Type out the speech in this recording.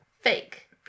Fake